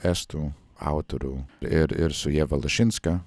estų autorių ir ir su ieva lašinska